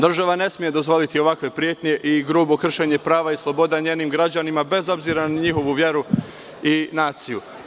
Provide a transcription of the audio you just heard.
Država ne sme dozvoliti ovakve pretnje i grubo kršenje prava i sloboda njenih građana, bez obzira na njihovu veru i naciju.